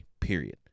period